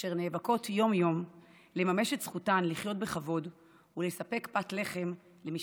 אשר נאבקות יום-יום לממש את זכותן לחיות בכבוד ולספק פת לחם למשפחותיהן.